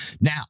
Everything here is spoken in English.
Now